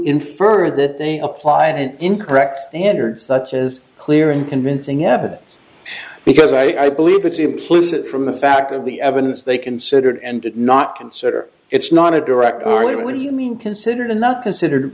infer that they applied an incorrect standard such as clear and convincing evidence because i believe it's implicit from the fact of the evidence they considered and did not consider it's not a direct order what do you mean considered not considered